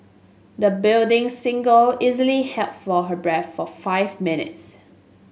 the budding singer easily held for her breath for five minutes